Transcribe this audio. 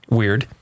weird